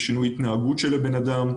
שינוי התנהגות של הבן אדם,